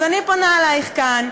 אז אני פונה אלייך כאן,